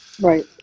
Right